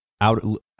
out